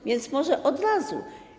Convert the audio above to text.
A więc może od razu.